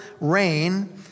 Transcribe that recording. rain